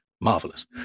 marvelous